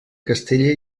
castella